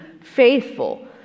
faithful